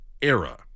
era